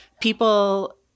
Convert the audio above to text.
people